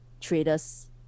traders